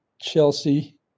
Chelsea